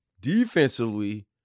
Defensively